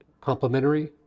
complementary